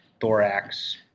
thorax